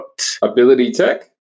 abilitytech